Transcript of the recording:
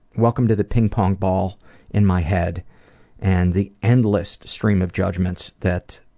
welcome to the ping-pong ball in my head and the endless stream of judgments that,